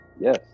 Yes